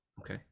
Okay